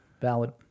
valid